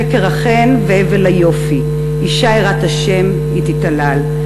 שקר החן והבל היפי, אשה יראת ה' היא תתהלל.